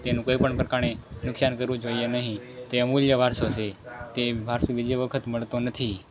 તેનું કોઈ પણ પ્રકારે નુકસાન કરવા જેવું જોઈએ નહીં તે અમૂલ્ય વારસો છે તે વારસો બીજી વખત મળતો નથી